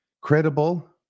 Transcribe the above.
credible